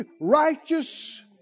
righteous